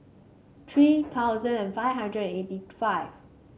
three thousand and five hundred and eighty five